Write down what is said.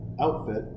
outfit